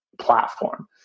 platform